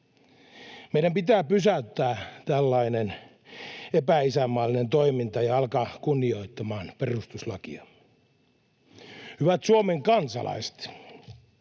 Meidän pitää pysäyttää tällainen epäisänmaallinen toiminta ja alkaa kunnioittamaan perustuslakia. Hyvät Suomen kansalaiset!